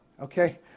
okay